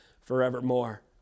forevermore